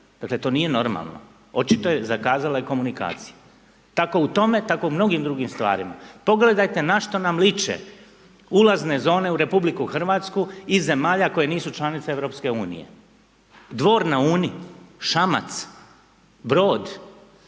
dakle to nije normalno, očito je zakazala je komunikacija. Tako u tome, tako u mnogim drugim stvarima. Pogledajte na što nam liče ulaze zone u RH iz zemalja koje nisu članice EU. Dvor na Uni, Šamac, Brod,